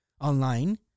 online